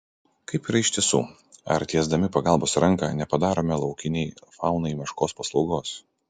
kaip yra iš tiesų ar tiesdami pagalbos ranką nepadarome laukiniai faunai meškos paslaugos